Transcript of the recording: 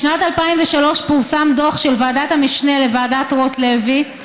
בשנת 2003 פורסם דוח של ועדת המשנה לוועדת רוטלוי,